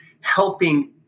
helping